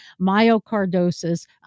myocardosis